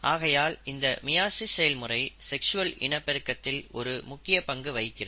ஆகையால் இந்த மியாசிஸ் செயல்முறை செக்ஸ்வல் இனப்பெருக்கத்தில் ஒரு முக்கிய பங்கு வகிக்கிறது